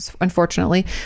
unfortunately